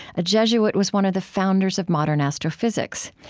a jesuit was one of the founders of modern astrophysics.